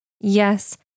Yes